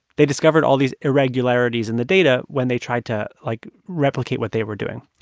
they discovered all these irregularities in the data when they tried to, like, replicate what they were doing.